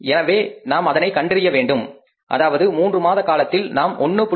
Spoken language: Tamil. எனவே நாம் அதனை கண்டறிய வேண்டும் அதாவது மூன்று மாத காலத்தில் நாம் 1